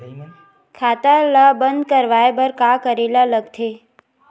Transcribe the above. खाता ला बंद करवाय बार का करे ला लगथे?